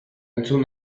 entzun